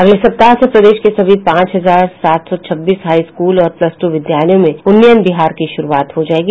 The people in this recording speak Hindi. अगले सप्ताह से प्रदेश के सभी पांच हजार सात सौ छब्बीस हाई स्कूल और प्लस ट्र विद्यालयों में उन्नयन बिहार की शुरूआत हो जायेगी